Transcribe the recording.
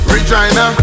Regina